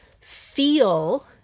feel